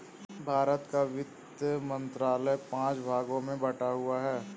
भारत का वित्त मंत्रालय पांच भागों में बटा हुआ है